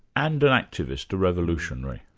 and an activist, a revolutionary.